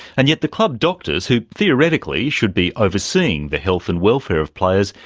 and yet the club doctors who theoretically should be overseeing the health and welfare of players,